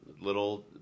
Little